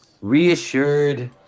reassured